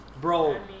Bro